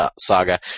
Saga